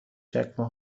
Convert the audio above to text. چکمه